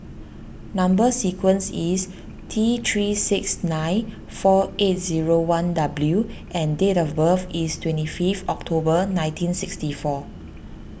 Number Sequence is T three six nine four eight zero one W and date of birth is twenty five October nineteen sixty four